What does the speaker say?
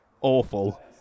awful